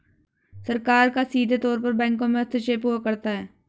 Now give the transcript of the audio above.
सरकार का सीधे तौर पर बैंकों में हस्तक्षेप हुआ करता है